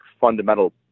fundamental